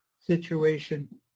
situation